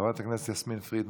חברת הכנסת יסמין פרידמן,